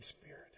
Spirit